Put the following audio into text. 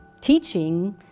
teaching